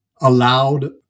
allowed